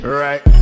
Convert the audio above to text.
right